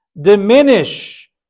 diminish